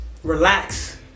Relax